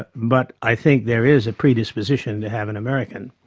but but i think there is a predisposition to have an american,